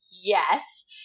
yes